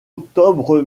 octobre